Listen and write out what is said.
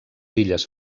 illes